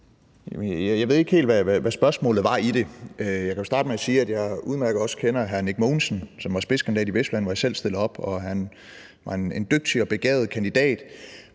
Jeg ved ikke helt, hvad spørgsmålet i det var. Jeg kan jo starte med at sige, at jeg også udmærket kender hr. Nick Mogensen, som var spidskandidat i Vestjylland, hvor jeg selv stiller op, og at han var en dygtig og begavet kandidat.